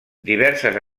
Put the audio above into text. diverses